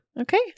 Okay